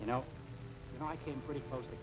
you know i came pretty close to